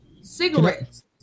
Cigarettes